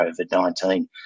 COVID-19